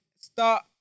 start